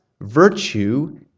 virtue